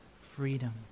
freedom